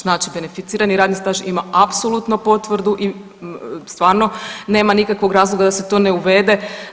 Znači beneficirani radni staž ima apsolutno potvrdu i stvarno nema nikakvog razloga da se to ne uvede.